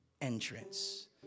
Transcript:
entrance